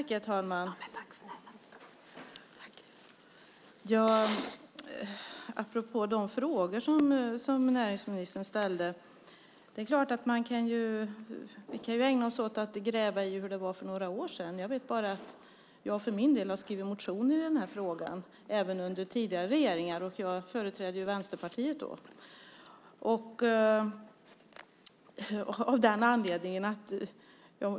Herr talman! Apropå de frågor som näringsministern ställde är det klart att vi kan ägna oss åt att gräva i hur det var för några år sedan. Jag vet bara att jag för min del har skrivit motioner i frågan även under tidigare regeringar, och jag företrädde då Vänsterpartiet.